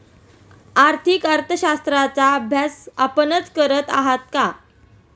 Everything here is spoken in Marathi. आर्थिक अर्थशास्त्राचा अभ्यास आपणच करत आहात का?